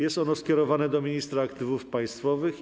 Jest ono skierowane do ministra aktywów państwowych.